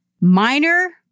minor